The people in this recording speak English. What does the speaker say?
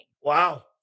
Wow